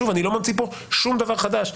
שוב, אני לא ממציא כאן שום דבר חדש.